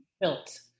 built